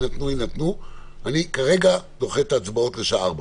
ההצבעות ה-15:45.